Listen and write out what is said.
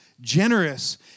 generous